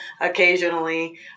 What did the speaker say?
occasionally